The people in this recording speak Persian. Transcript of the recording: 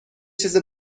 چیز